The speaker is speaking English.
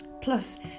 Plus